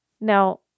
Now